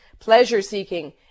pleasure-seeking